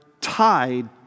tied